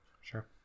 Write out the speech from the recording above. Sure